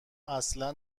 اصلا